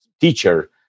teacher